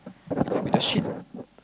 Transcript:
(pppo) it will be the shit